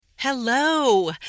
Hello